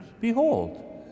behold